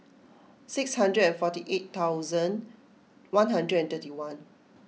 six hundred and forty eight thousand one hundred and thirty one